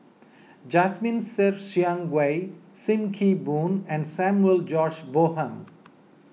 Jasmine Ser Xiang Wei Sim Kee Boon and Samuel George Bonham